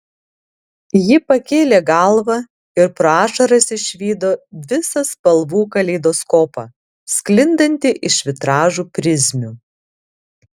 ji pakėlė galvą ir pro ašaras išvydo visą spalvų kaleidoskopą sklindantį iš vitražų prizmių